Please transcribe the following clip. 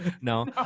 No